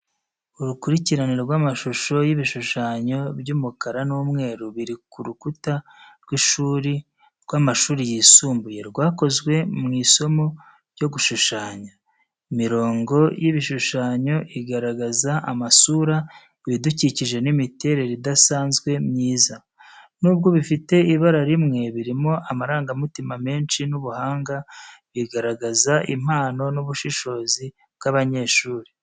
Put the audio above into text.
Urukurikirane rw’amashusho y’ibishushanyo by’umukara n’umweru biri ku rukuta rw’ishuri rw'amashuri yisumbuye, rwakozwe mu isomo ryo gushushanya. Imirongo y’ibishushanyo igaragaza amasura, ibidukikije n’imiterere idasanzwe myiza. Nubwo bifite ibara rimwe, birimo amarangamutima menshi n’ubuhanga, bigaragaza impano n’ubushishozi bw’abanyeshuri.